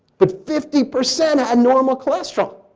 but fifty percent had normal cholesterol.